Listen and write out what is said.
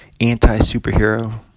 anti-superhero